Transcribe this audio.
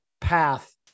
path